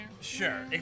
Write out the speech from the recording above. Sure